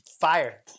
fire